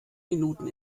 minuten